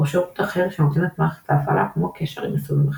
או שירות אחר שנותנת מערכת הפעלה כמו קשר עם יישומים אחרים.